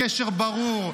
הקשר ברור.